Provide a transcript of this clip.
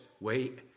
wait